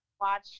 watch